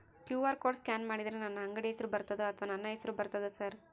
QR code scan ಮಾಡಿದರೆ ನನ್ನ ಅಂಗಡಿ ಹೆಸರು ಬರ್ತದೋ ಅಥವಾ ನನ್ನ ಹೆಸರು ಬರ್ತದ ಸರ್?